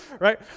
Right